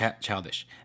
childish